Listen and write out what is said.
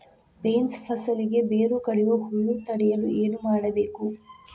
Beans ಫಸಲಿಗೆ ಬೇರು ಕಡಿಯುವ ಹುಳು ತಡೆಯಲು ಏನು ಮಾಡಬೇಕು?